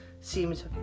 seems